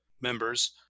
members